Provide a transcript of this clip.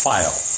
File